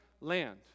land